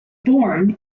born